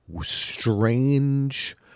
strange